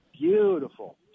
Beautiful